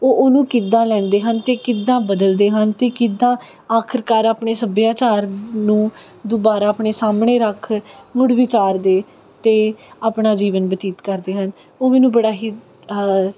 ਉਹ ਉਹਨੂੰ ਕਿੱਦਾਂ ਲੈਂਦੇ ਹਨ ਅਤੇ ਕਿੱਦਾਂ ਬਦਲਦੇ ਹਨ ਅਤੇ ਕਿੱਦਾਂ ਆਖਰਕਾਰ ਆਪਣੇ ਸੱਭਿਆਚਾਰ ਨੂੰ ਦੁਬਾਰਾ ਆਪਣੇ ਸਾਹਮਣੇ ਰੱਖ ਮੁੜ ਵਿਚਾਰਦੇ ਅਤੇ ਆਪਣਾ ਜੀਵਨ ਬਤੀਤ ਕਰਦੇ ਹਨ ਉਹ ਮੈਨੂੰ ਬੜਾ ਹੀ